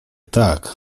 tak